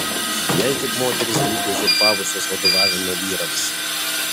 jei tik moterys būtų uzurpavusios vadovavimą vyrams